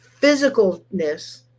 physicalness